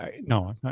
no